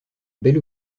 bel